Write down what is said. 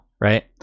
right